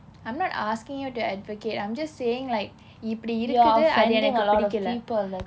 I'm not asking you to advocate I'm just saying like இப்படி இருக்குது அது எனக்கு பிடிக்கலை:ippadi irukkuthu athu enakku pidikkalai